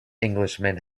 englishman